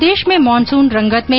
प्रदेश में मानस्न रंगत में